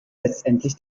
letztendlich